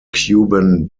cuban